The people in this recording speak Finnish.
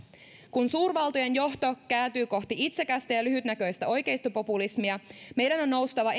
kun suurvaltojen johto kääntyy kohti itsekästä ja lyhytnäköistä oikeistopopulismia meidän on noustava